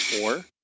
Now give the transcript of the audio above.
four